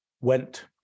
went